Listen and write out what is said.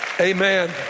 Amen